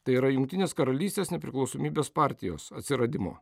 tai yra jungtinės karalystės nepriklausomybės partijos atsiradimo